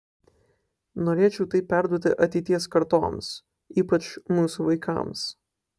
norėčiau tai perduoti ateities kartoms ypač mūsų vaikams